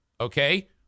Okay